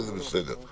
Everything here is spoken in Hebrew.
וזה בסדר.